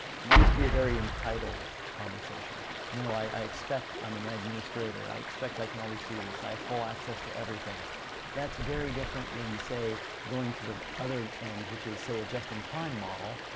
used to be a very entitled conversation no i expect i'm an administrator. i expect i can always do this, i have full access to everything that's very different than say going to the other end which is say a just-in-time model.